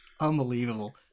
Unbelievable